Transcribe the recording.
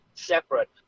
separate